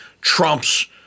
Trump's